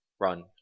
run